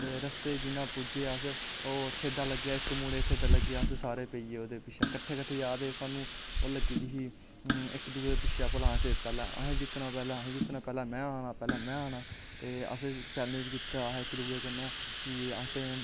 ते रस्ते च जियां पुज्जे अस ओह् ठेडा लग्गेआ इक मुड़े गी ठेडा लग्गेआ अस सारे पेईयै सारे ओह्दे पिच्छे कट्ठे कट्ठेजा दे हे साह्नू ओह् लग्गी दी ही इक दुऐ तदे पिच्छे भला अस असैं जित्तना पैह्लैं असैं जित्तना में आना पैह्लैं में आना ते असैं चेलैंच कीता असैं इकदुए कन्नै की असैं